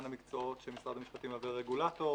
המקצועות שמשרד המשפטים מהווה רגולטור,